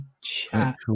chat